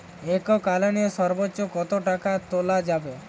এককালীন সর্বোচ্চ কত টাকা তোলা যাবে?